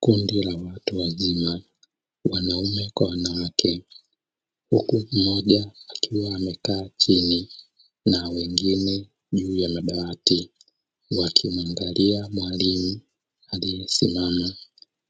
Kundi la watu waizma wanaume kwa wanawake huku mmoja akiwa amekaa chini na wengine juu ya madawati, wakimuangalia mwalimu aliyesimama